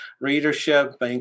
readership